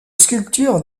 sculpture